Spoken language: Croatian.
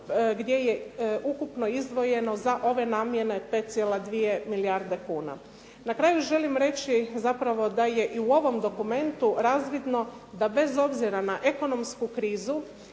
gdje je ukupno izdvojeno za ove namjene 5,2 milijarde kuna. Na kraju želim reći zapravo da je i u ovom dokumentu razvidno da bez obzira na ekonomsku krizu